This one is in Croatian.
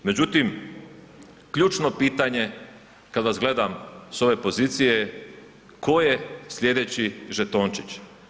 Međutim, ključno pitanje, kad vas gledam s ove pozicije je tko je sljedeći žetončić.